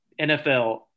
NFL